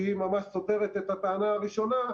שהיא ממש סותרת את הטענה הראשונה,